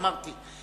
אמרתי.